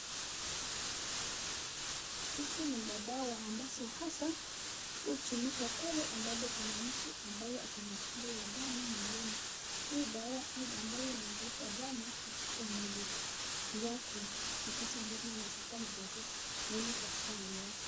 Hizi ni madawa haswa hutumika pale ambapo kuna mtu ambaye ako na shida ya damu mwili. Hii dawa inayoongeza damu katika mwili yake wakati ambapk anaweza kuwa amepoteza damu kwa mwili wake.